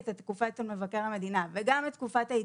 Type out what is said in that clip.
את התקופה אצל מבקר המדינה וגם את תקופת ההתיישנות,